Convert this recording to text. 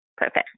Perfect